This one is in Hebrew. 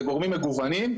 זה גורמים מגוונים,